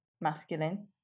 masculine